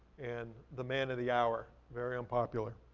and the man of the hour, very unpopular.